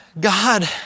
God